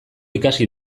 ikasi